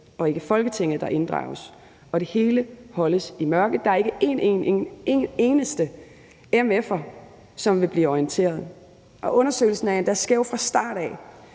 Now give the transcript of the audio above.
og ikke Folketinget, der inddrages. Det hele holdes i mørke. Der er ikke en eneste mf'er, som vil blive orienteret. Undersøgelsen er endda skæv fra start af,